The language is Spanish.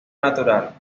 natural